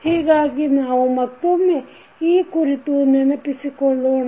ಹೀಗಾಗಿ ನಾವು ಮತ್ತೊಮ್ಮೆ ಈ ಕುರಿತು ನೆನಪಿಸಿಕೊಳ್ಳೋಣ